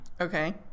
Okay